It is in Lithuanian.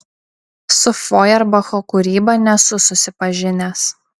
su fojerbacho kūryba nesu susipažinęs